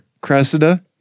Cressida